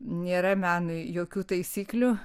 nėra menui jokių taisyklių